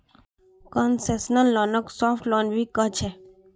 concessional लोनक soft loan भी कह छे